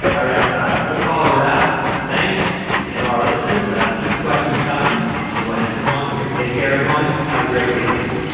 right, john we'll call it a wrap. thanks and to our listeners keep the questions coming we'll answer them on here. take care of one have a great weekend.